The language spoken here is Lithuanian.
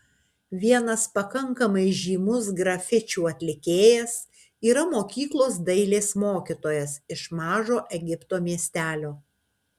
vienas pakankamai žymus grafičių atlikėjas yra mokyklos dailės mokytojas iš mažo egipto miestelio